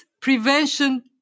prevention